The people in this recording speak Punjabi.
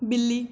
ਬਿੱਲੀ